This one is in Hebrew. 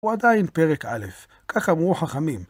הוא עדיין פרק א', כך אמרו חכמים.